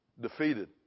defeated